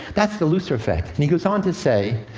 that's the lucifer effect. and he goes on to say,